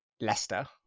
Leicester